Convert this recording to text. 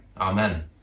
Amen